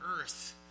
earth